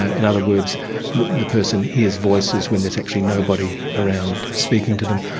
in other words the person hears voices when there's actually nobody around speaking to them,